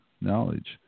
knowledge